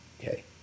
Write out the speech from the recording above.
Okay